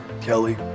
Kelly